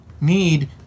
need